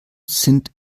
sind